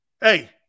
hey